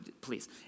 Please